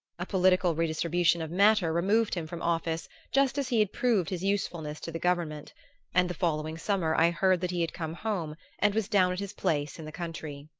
a political redistribution of matter removed him from office just as he had proved his usefulness to the government and the following summer i heard that he had come home and was down at his place in the country.